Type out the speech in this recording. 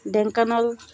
Dhenkanal